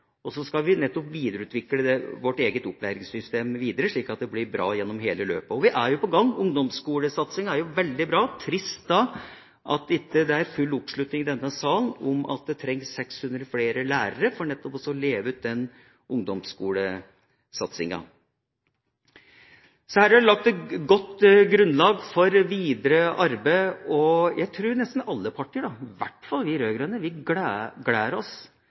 og så skal vi nettopp videreutvikle vårt eget opplæringssystem, slik at det blir bra gjennom hele løpet. Og vi er i gang. Ungdomsskolesatsinga er jo veldig bra – trist da at det ikke er full oppslutning i denne salen om at det trengs 600 flere lærere for nettopp å leve ut den ungdomsskolesatsinga. Så her er det lagt et godt grunnlag for videre arbeid, og jeg tror nesten alle partier, i hvert fall vi rød-grønne, gleder seg til å gå inn i valgkampen med dette temaet. Vi